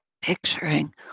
Picturing